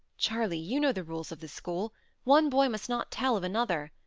charley, you know the rules of the school one boy must not tell of another.